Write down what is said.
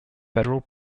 federal